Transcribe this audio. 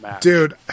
Dude